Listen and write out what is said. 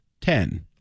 ten